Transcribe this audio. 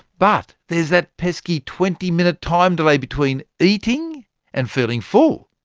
but there's that pesky twenty minute time delay between eating and feeling full.